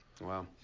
Wow